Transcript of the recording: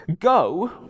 go